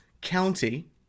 county